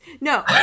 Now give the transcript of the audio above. No